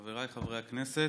חבריי חברי הכנסת,